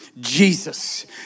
Jesus